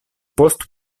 post